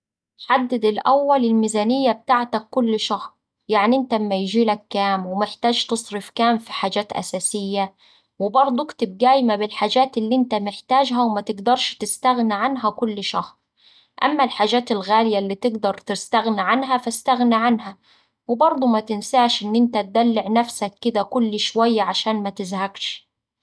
حدد الأول الميزانية بتاعتك كل شهر يعني إنت أما يجيلك كام ومحتاج تصرف كام في حاجات أساسية، وبرضه اكتب قايمة بالحاجات اللي إنت محتاجها ومتقدرش تستغنى عنها كل شهر أما الحاجات الغالية اللي تقدر تستغنى عنها فاستغنى عنها، وبرضه متنساش إن إنت تدلع نفسك كدا كل شوية عشان متزهقش.